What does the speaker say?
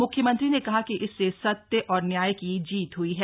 मुख्यमंत्री ने कहा कि इससे सत्य और न्याय की जीत हुई है